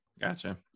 gotcha